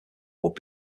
would